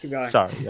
Sorry